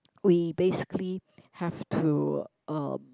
we basically have to um